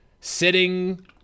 sitting